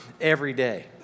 everyday